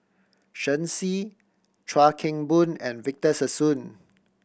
Shen Xi Chuan Keng Boon and Victor Sassoon